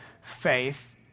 faith